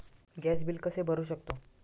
Gas bill कसे भरू शकतो?